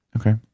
Okay